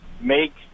make